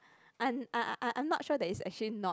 I I I I I'm not sure that it's actually not